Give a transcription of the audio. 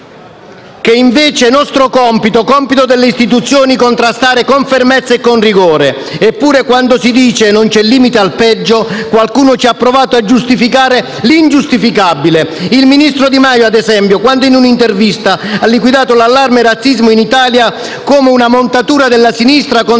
che è invece compito delle istituzioni contrastare con fermezza e rigore. Eppure - quando si dice che non c'è limite al peggio - qualcuno ha provato a giustificare l'ingiustificabile: lo ha fatto il ministro Di Maio - ad esempio - quando in un'intervista ha liquidato l'allarme razzismo in Italia come una montatura della Sinistra contro